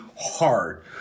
hard